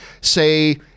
say